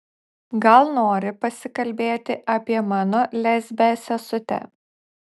gal nori pasikalbėti apie mano lesbę sesutę